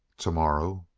tomorrow.